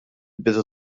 bidu